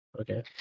Okay